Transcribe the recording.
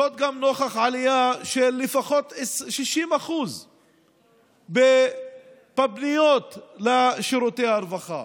זאת גם נוכח עלייה של 60% לפחות בפניות לשירותי הרווחה.